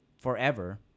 forever